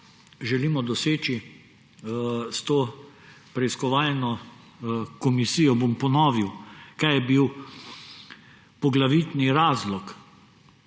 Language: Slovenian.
želimo doseči s to preiskovalno komisijo, bom ponovil, kaj je bil poglavitni razlog,